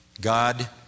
God